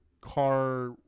car